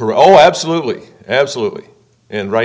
are all absolutely absolutely and right